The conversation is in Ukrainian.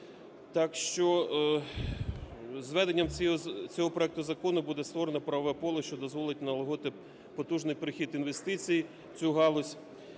Так що з введення цього проекту закону буде створено правове поле, що дозволить налагодити потужний прихід інвестицій в цю галузь